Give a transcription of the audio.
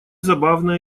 забавная